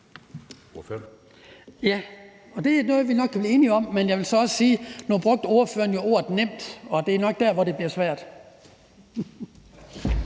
Ja, det er noget, vi nok kan blive enige om. Men jeg vil så også sige, at nu brugte ordføreren jo ordet nemt, og det er nok der, hvor det bliver svært.